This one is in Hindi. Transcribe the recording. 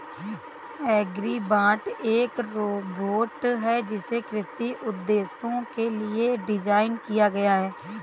एग्रीबॉट एक रोबोट है जिसे कृषि उद्देश्यों के लिए डिज़ाइन किया गया है